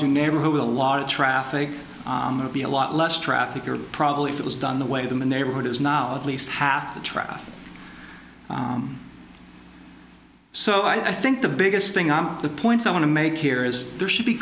do neighborhood with a lot of traffic and be a lot less traffic you're probably it was done the way them a neighborhood is now at least half the traffic so i think the biggest thing i'm the point i want to make here is there should be